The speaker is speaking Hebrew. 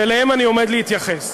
שאליהם אני עומד להתייחס.